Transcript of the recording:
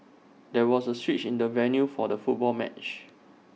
there was A switch in the venue for the football match